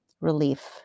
relief